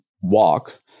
walk